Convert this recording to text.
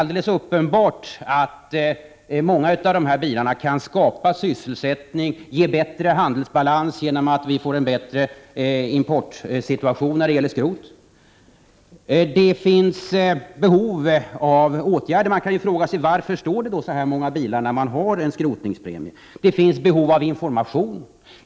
Dessa bilar kan skapa sysselsättning och även ge bättre handelsbalans, genom att vi får en bättre importsituation när det gäller skrot. Det finns alltså behov av åtgärder. Man kan då fråga varför det står så många bilar i naturen när det finns en skrotningspremie. Det finns också behov av information.